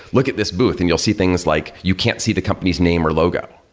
look at this booth, and you'll see things like you can't see the company's name or logo,